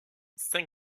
cinq